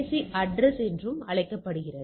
C address என்றும் அழைக்கப்படுகிறது